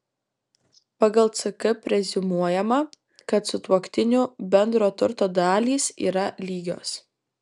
pagal ck preziumuojama kad sutuoktinių bendro turto dalys yra lygios